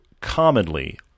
commonly